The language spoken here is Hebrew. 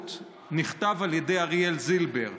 נכתב על ידי אריאל זילבר.